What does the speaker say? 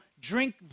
drink